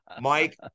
Mike